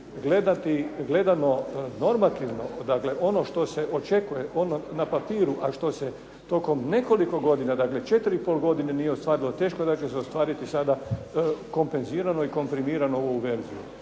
gledano normativno, dakle ono što se očekuje ono na papiru, ali što se tokom nekoliko godina, dakle četiri i pol godine nije ostvarilo teško da će se ostvariti sada kompenzirano i komprimiramo u ovu verziju.